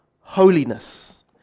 holiness